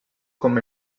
com